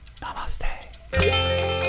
Namaste